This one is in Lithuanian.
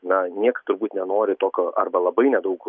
na nieks turbūt nenori tokio arba labai nedaug